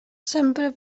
sempre